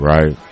Right